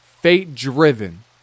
fate-driven